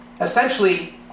Essentially